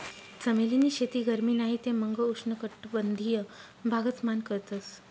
चमेली नी शेती गरमी नाही ते मंग उष्ण कटबंधिय भागस मान करतस